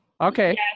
Okay